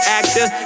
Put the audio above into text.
actor